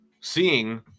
seeing